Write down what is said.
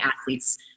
athletes